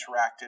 interacted